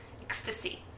ecstasy